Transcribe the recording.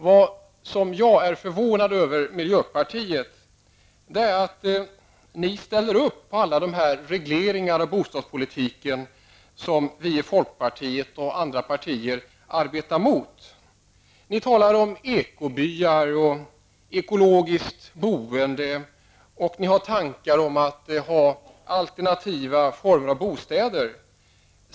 Det som förvånar mig hos miljöpartiet är att ni ställer upp på alla dessa regleringar på bostadspolitikens område som vi i folkpartiet och andra partier arbetar emot. Ni talar om ekobyar och om ekologiskt boende, och ni har tankar om alternativa former av bostäder.